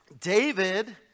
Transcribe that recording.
David